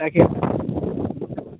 ताकि